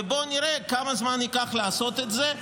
ובוא נראה כמה זמן ייקח לעשות את זה.